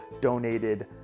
donated